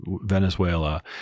Venezuela